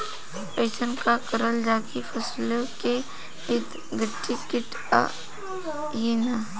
अइसन का करल जाकि फसलों के ईद गिर्द कीट आएं ही न?